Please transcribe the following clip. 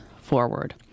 forward